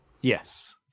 Yes